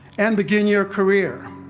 and begin your career,